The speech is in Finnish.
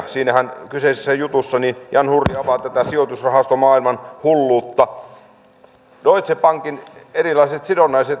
siinä kyseisessä jutussahan jan hurri avaa tätä sijoitusrahastomaailman hulluutta